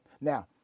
Now